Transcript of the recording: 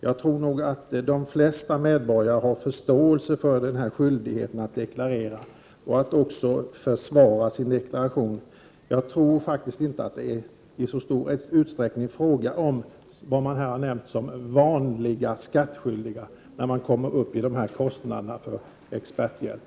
Jag tror nog att de flesta medborgarna har förståelse för skyldigheten att deklarera och att försvara sin deklaration. Jag tror faktiskt inte att det i så stor utsträckning är fråga om, vad man här har nämnt, vanliga skattskyldiga när man kommer upp i dessa kostnader för experthjälp.